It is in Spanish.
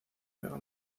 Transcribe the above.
mega